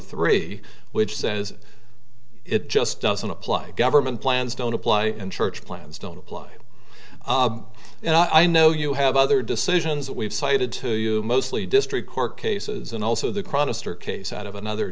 three which says it just doesn't apply government plans don't apply in church plans don't apply and i know you have other decisions that we've cited to you mostly district court cases and also the chrono stor case out of another